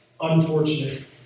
unfortunate